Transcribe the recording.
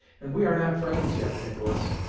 and we are not friends yet, nicolas.